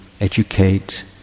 educate